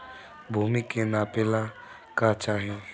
भूमि के नापेला का चाही?